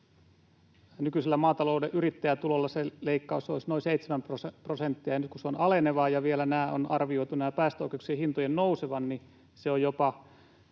Nykyisellä maatalouden yrittäjätulolla se leikkaus olisi noin seitsemän prosenttia, ja nyt kun se on aleneva ja vielä on arvioitu näiden päästöoikeuksien hintojen nousevan, niin se leikkaus